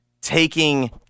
taking –